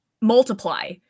multiply